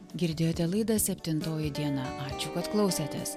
girdėjote laidą septintoji diena ačiū kad klausėtės